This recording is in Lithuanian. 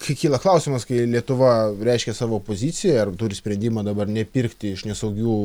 kai kyla klausimas kai lietuva reiškia savo poziciją ar turi sprendimą dabar nepirkti iš nesaugių